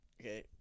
Okay